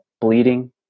bleeding